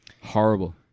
Horrible